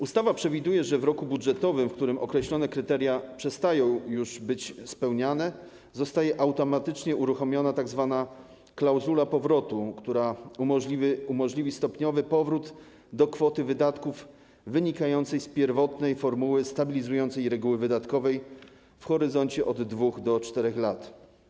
Ustawa przewiduje, że w roku budżetowym, w którym określone kryteria przestają być spełniane, zostaje automatycznie uruchomiona tzw. klauzula powrotu, która umożliwi stopniowy powrót do kwoty wydatków wynikającej z pierwotnej formuły stabilizującej reguły wydatkowej w horyzoncie od 2 do 4 lat.